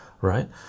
right